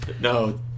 No